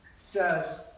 says